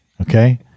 Okay